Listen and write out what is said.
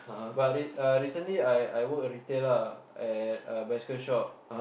but re~ uh recently I I work retail lah at uh bicycle shop